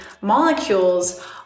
molecules